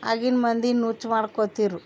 ಆಗಿನ ಮಂದಿ ನುಚ್ಚು ಮಾಡ್ಕೋತೀರು